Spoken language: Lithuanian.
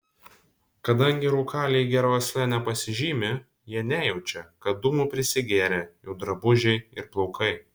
kadangi rūkaliai gera uosle nepasižymi jie nejaučia kad dūmų prisigėrę jų drabužiai ir plaukai